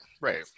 right